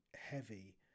heavy